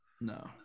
No